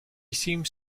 seems